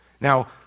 Now